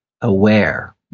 aware